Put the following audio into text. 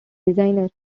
designers